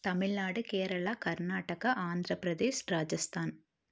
Tamil Nadu Kerala Karnataka Andhra Pradesh Rajasthan